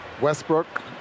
Westbrook